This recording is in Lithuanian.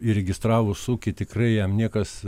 įregistravus ūkį tikrai jam niekas